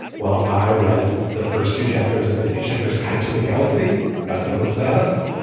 while i read the first two chapters of the hitchhiker's guide to the galaxy by douglas adams,